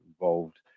involved